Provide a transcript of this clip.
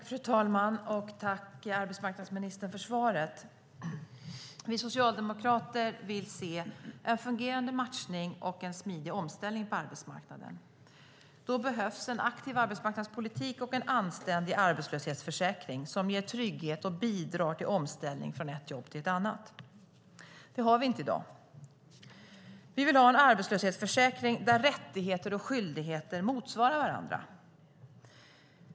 Fru talman! Tack, arbetsmarknadsministern, för svaret! Vi socialdemokrater vill se en fungerande matchning och en smidig omställning på arbetsmarknaden. Då behövs en aktiv arbetsmarknadspolitik och en anständig arbetslöshetsförsäkring som ger trygghet och bidrar till omställning från ett jobb till ett annat. Det har vi inte i dag. Vi vill ha en arbetslöshetsförsäkring där rättigheter och skyldigheter motsvarar varandra.